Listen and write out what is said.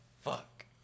fuck